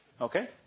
Okay